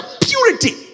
purity